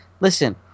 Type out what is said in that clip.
listen